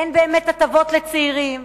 אין באמת הטבות לצעירים,